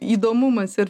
įdomumas ir